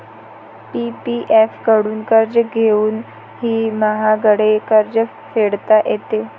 PPF कडून कर्ज घेऊनही महागडे कर्ज फेडता येते